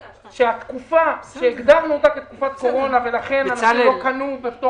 שהתקופה שהגדרנו אותה בתקופת קורונה ולכן אנשים לא קנו,